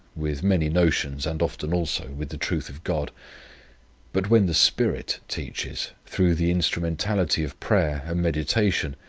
with many notions and often also with the truth of god but when the spirit teaches, through the instrumentality of prayer and meditation,